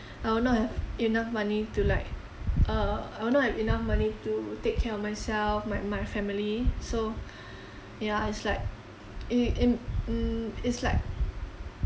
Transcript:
I will not have enough money to like uh I will not have enough money to take care of myself my my family so ya it's like i~ in mm it's like